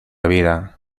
vida